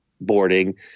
boarding